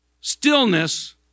stillness